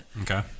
Okay